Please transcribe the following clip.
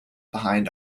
behind